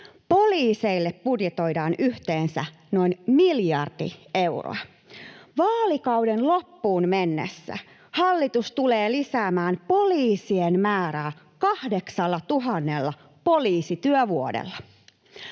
Poliiseille budjetoidaan yhteensä noin miljardi euroa. Vaalikauden loppuun mennessä hallitus tulee lisäämään poliisien määrän 8 000 poliisityövuoteen.